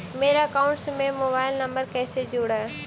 मेरा अकाउंटस में mobile number कैसे जुड़उ?